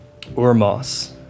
Urmos